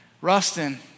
Rustin